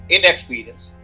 Inexperience